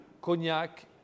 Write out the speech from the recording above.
cognac